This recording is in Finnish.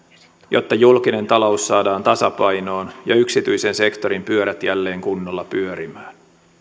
jotta julkinen talous saadaan tasapainoon ja yksityisen sektorin pyörät jälleen kunnolla pyörimään